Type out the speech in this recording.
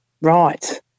Right